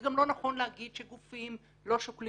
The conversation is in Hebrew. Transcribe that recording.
זה גם לא נכון להגיד שגופים לא שוקלים